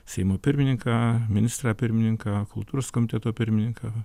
seimo pirmininką ministrą pirmininką kultūros komiteto pirmininką